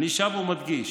אני שב ומדגיש: